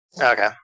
Okay